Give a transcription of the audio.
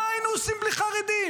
מה היינו עושים בלי חרדים?